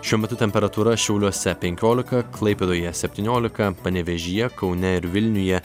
šiuo metu temperatūra šiauliuose penkiolika klaipėdoje septyniolika panevėžyje kaune ir vilniuje